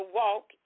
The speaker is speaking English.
walk